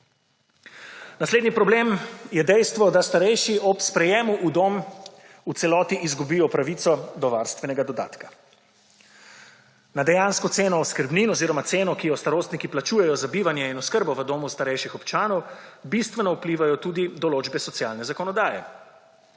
Naslednji problem je dejstvo, da starejši ob sprejemu v dom v celoti izgubijo pravico do varstvenega dodatka. Na dejansko ceno oskrbnin oziroma ceno, ki jo starostniki plačujejo za bivanje in oskrbo v domu starejših občanov, bistveno vplivajo tudi določbe socialne zakonodaje.